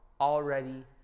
already